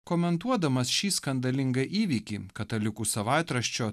komentuodamas šį skandalingą įvykį katalikų savaitraščio